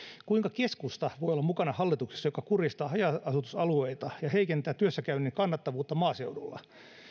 kuinka keskusta voi olla mukana hallituksessa joka kuristaa haja asutusalueita ja heikentää työssäkäynnin kannattavuutta maaseudulla